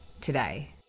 today